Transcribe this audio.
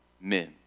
men